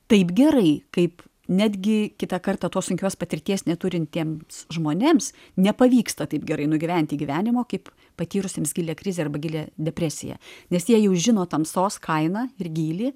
taip gerai kaip netgi kitą kartą tos sunkios patirties neturintiems žmonėms nepavyksta taip gerai nugyventi gyvenimo kaip patyrusiems gilią krizę arba gilią depresiją nes jie jau žino tamsos kainą ir gylį